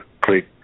great